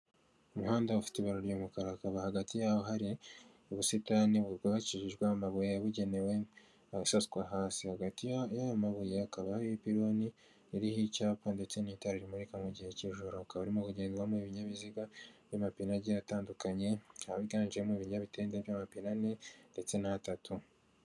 Umuhanda ufite ibaru ry'umukara hakaba hagati yaho hari ubusitani bwubakishijwe amabuye yabugenewe akaba asaswa hasi, hagati y'aya mabuye hakaba hari ipironi iriho icyapa ndetse n'itaro rimurika mu gihe cy'ijoro, hakaba harimo kugendwamo ibinyabiziga by'amapine agiye atandukanye aho higanjemo ibinyabitende by'amapine ane ndetse n'atatu.